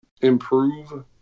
improve